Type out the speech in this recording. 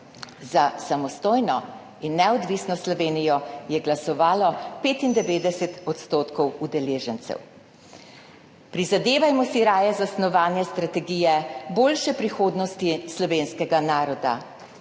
Za samostojno in neodvisno Slovenijo je glasovalo 95 % udeležencev. Prizadevajmo si raje za snovanje strategije boljše prihodnosti slovenskega naroda.